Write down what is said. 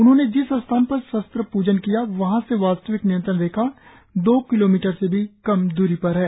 उन्होंने जिस स्थान पर शस्त्र पूजन किया वहा से वास्तविक नियत्रण रेखा दो किलोमीटर से भी कम दूरी पर है